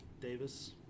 Davis